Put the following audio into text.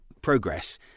progress